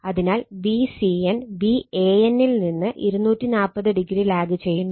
അതിനാൽ Vcn Van ൽ നിന്ന് 240o ലാഗ് ചെയ്യുന്നു